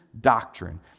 doctrine